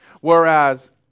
whereas